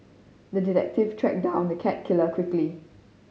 the detective tracked down the cat killer quickly